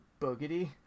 Boogity